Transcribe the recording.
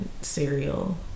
cereal